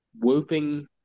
whooping